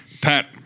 Pat